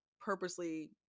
purposely